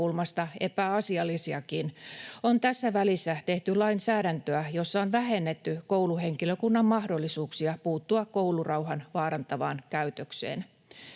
koulurauhan vaarantavaan käytökseen.